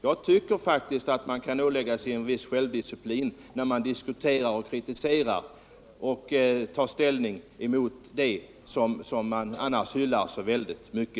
Jag tycker faktiskt att man kan ålägga sig en viss självdisciplin när man kritiserar och tar ställning mot det som man annars hyllar i så hög grad.